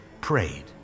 prayed